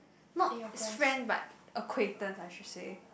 not is friend but acquaintance I should say